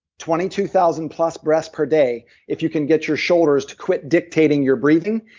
twenty two thousand plus breaths per day, if you can get your shoulders to quit dictating your breathing,